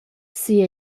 sia